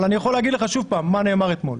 אבל אני יכול להגיד לך שוב פעם מה נאמר אתמול.